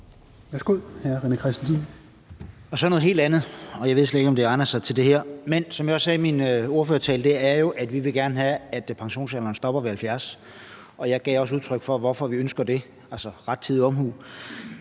Så vil jeg gå over til noget helt andet, og jeg ved slet ikke, om det egner sig til det her. Men som jeg også sagde i min ordførertale, vil vi gerne have, at pensionsalderen stopper ved 70 år, og jeg gav også udtryk for, hvorfor vi ønsker det, altså at det var